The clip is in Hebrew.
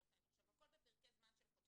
עובר את הניתוח השני --- הכל בפרקי זמן של חודשיים.